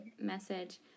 message